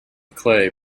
clay